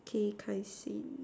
okay I see